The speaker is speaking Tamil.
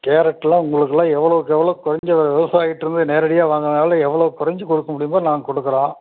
கேரட்லெலாம் உங்களுக்கெல்லாம் எவ்வளோக்கு எவ்வளோ குறைஞ்சி விலை விவசாயிக்கிட்டேருந்து நேரடியாக வாங்குகிறதுனால எவ்வளோ குறைஞ்சி கொடுக்க முடியுமோ நாங்கள் கொடுக்குறோம்